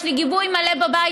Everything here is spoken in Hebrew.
יש לי גיבוי מלא בבית.